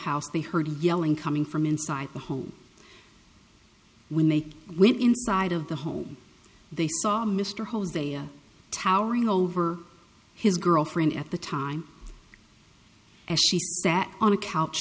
house they heard yelling coming from inside the home when they went inside of the home they saw mr hosea towering over his girlfriend at the time as she sat on a couch